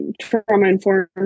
trauma-informed